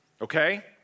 Okay